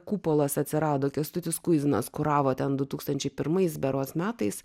kupolas atsirado kęstutis kuizinas kuravo ten du tūkstančiai pirmais berods metais